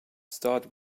start